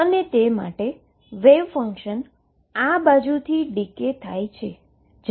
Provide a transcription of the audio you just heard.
અને તે માટે વેવ ફંક્શન આ બાજુથી ડીકે થાય છે